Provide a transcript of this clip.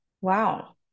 wow